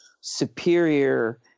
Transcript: superior